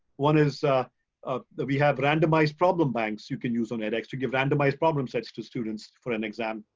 one is ah that we have randomized problem banks you can use on edx to give randomize problem sets to students for an exam.